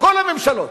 כל הממשלות.